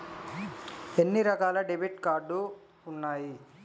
ఎన్ని రకాల debit card ఉన్నాయి?